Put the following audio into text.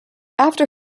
after